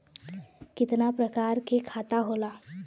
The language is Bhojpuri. कितना प्रकार के खाता होला?